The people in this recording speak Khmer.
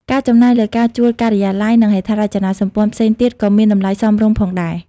ការចំណាយលើការជួលការិយាល័យ និងហេដ្ឋារចនាសម្ព័ន្ធផ្សេងទៀតក៏មានតម្លៃសមរម្យផងដែរ។